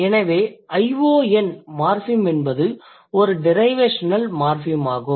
எனவே ion morpheme என்பது ஒரு டிரைவேஷனல் மார்ஃபிம் ஆகும்